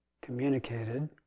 communicated